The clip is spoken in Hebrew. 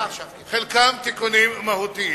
חלקם תיקונים מהותיים.